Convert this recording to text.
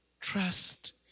Trust